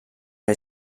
que